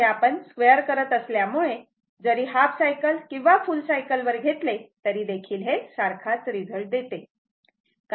इथे आपण स्क्वेअर करत असल्यामुळे जरी हाफ सायकल किंवा फुल सायकल वर घेतले तरीदेखील हे सारखाच रिझल्ट देते